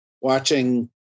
watching